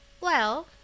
Well